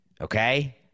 okay